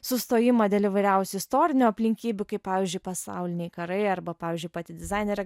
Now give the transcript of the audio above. sustojimą dėl įvairiausių istorinių aplinkybių kaip pavyzdžiui pasauliniai karai arba pavyzdžiui pati dizainerė